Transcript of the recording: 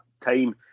time